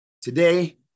Today